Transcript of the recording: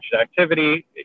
activity